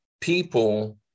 people